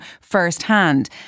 firsthand